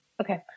Okay